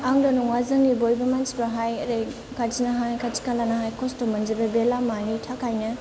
आंल' नङा जोंनि बयबो मानसिफोराहाय ओरै खाथिनाहाय खाथि खालानाहाय खस्थ' मोनजोबो बे लामानि थाखायनो